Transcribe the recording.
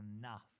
enough